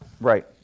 Right